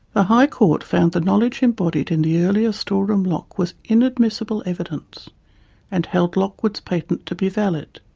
the high court found the knowledge embodied in the earlier store-room lock was inadmissible evidence and held lockwood's patent to be valid.